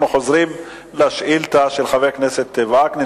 אנחנו חוזרים לשאילתא של חבר הכנסת וקנין,